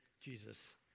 Jesus